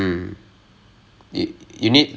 ah I don't want to get